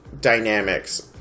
dynamics